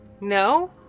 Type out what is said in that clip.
No